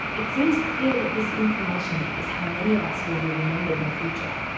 it seems clear that this information is how many of us will be remembered in the future.